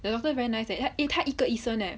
the doctor very nice leh eh 他一个医生 leh